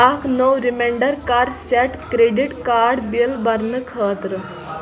اکھ نوٚو رِمنینڈر کَر سیٹ کرٛیٚڈِٹ کاڈ بِل برنہٕ خٲطرٕ